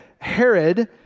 Herod